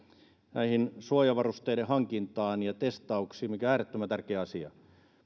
näiden suojavarusteiden hankintaan ja testauksiin mikä on äärettömän tärkeä asia